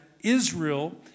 Israel